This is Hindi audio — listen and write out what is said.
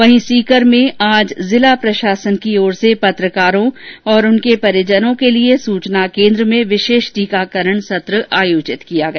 वहीं सीकर में आज जिला प्रशासन की ओर से पत्रकारों और उनके परिजनों के लिए सूचना केन्द्र में विशेष टीकाकरण सत्र आयोजित किया गया